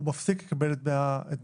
הוא מפסיק לקבל את דמי האבטלה.